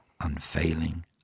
unfailing